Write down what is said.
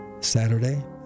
Saturday